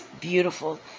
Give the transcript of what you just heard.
beautiful